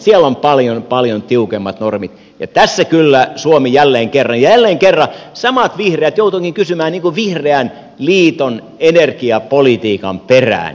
siellä on paljon paljon tiukemmat normit ja tässä kyllä suomi jälleen kerran jälleen kerran samat vihreät joutuukin kysymään vihreän liiton energiapolitiikan perään